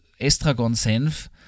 Estragon-Senf